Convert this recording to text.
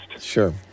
Sure